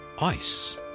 ice